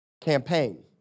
Campaign